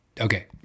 Okay